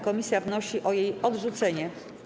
Komisja wnosi o jej odrzucenie.